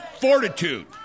fortitude